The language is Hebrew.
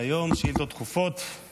שעה 11:00 תוכן העניינים שאילתות דחופות 5